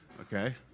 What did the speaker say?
okay